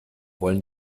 wollen